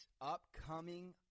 upcoming